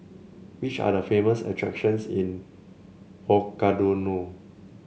which are the famous attractions in Ouagadougou